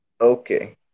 Okay